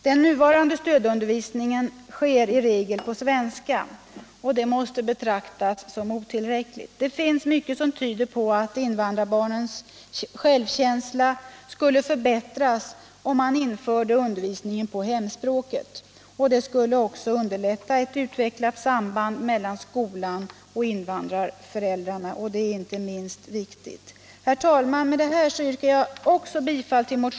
Den nuvarande stödundervisningen sker i regel på svenska, och det måste betraktas som otillräckligt. Det finns mycket som tyder på att invandrarbarnens självkänsla skulle förbättras om man införde undervisning på hemspråket. Det skulle också underlätta ett utvecklat samband mellan skolan och invandrarföräldrarna, och det är inte minst viktigt.